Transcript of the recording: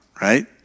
right